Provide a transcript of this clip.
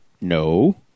No